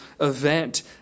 event